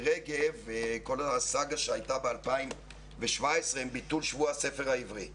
רגב וכל הסאגה שהייתה ב-2017 עם ביטול שבוע הספר העברי בפריפריה,